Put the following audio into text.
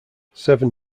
seven